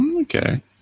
Okay